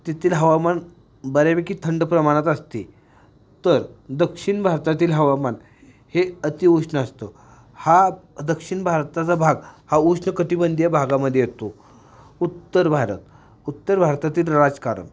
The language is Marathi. तेथील हवामान बऱ्यापैकी थंड प्रमाणात असते तर दक्षिण भारतातील हवामान हे अतिउष्ण असतं हा दक्षिण भारताचा भाग हा उष्णकटिबंधीय या भागामध्ये येतो उत्तर भारत उत्तर भारतातील राजकारण